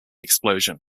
explosion